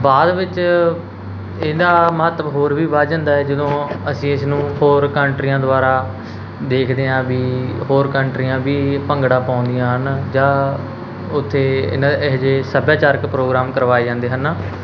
ਬਾਅਦ ਵਿੱਚ ਇਹਦਾ ਮਹੱਤਵ ਹੋਰ ਵੀ ਵੱਧ ਜਾਂਦਾ ਹੈ ਜਦੋਂ ਅਸੀਂ ਇਸ ਨੂੰ ਹੋਰ ਕੰਟਰੀਆਂ ਦੁਆਰਾ ਦੇਖਦੇ ਹਾਂ ਵੀ ਹੋਰ ਕੰਟਰੀਆਂ ਵੀ ਭੰਗੜਾ ਪਾਉਂਦੀਆਂ ਹਨ ਜਾਂ ਉੱਥੇ ਇਹਨਾਂ ਇਹੋ ਜਿਹੇ ਸੱਭਿਆਚਾਰਕ ਪ੍ਰੋਗਰਾਮ ਕਰਵਾਏ ਜਾਂਦੇ ਹਨ